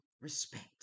respect